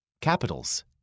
Capitals